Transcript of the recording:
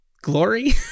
Glory